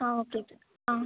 okay okay